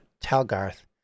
Talgarth